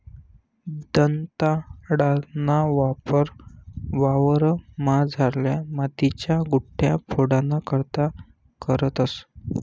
दंताळाना वापर वावरमझारल्या मातीन्या गुठया फोडाना करता करतंस